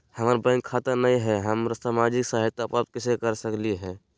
हमार बैंक खाता नई हई, हम सामाजिक सहायता प्राप्त कैसे के सकली हई?